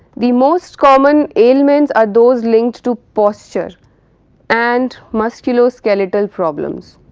the most common ailments are those linked to posture and musculoskeletal problems